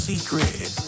secret